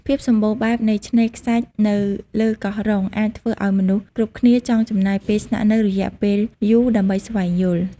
ភាពសម្បូរបែបនៃឆ្នេរខ្សាច់នៅលើកោះរ៉ុង អាចធ្វើឲ្យមនុស្សគ្រប់គ្នាចង់ចំណាយពេលស្នាក់នៅរយៈពេលយូរដើម្បីស្វែងយល់។